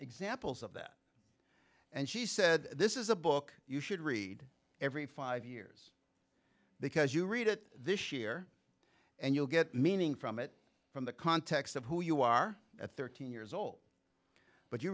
examples of that and she said this is a book you should read every five years because you read it this year and you'll get meaning from it from the context of who you are at thirteen years old but you